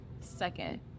Second